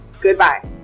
goodbye